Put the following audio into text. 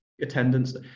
attendance